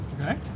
Okay